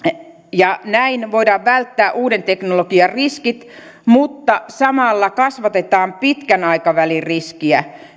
ja näin voidaan välttää uuden teknologian riskit mutta samalla kasvatetaan pitkän aikavälin riskiä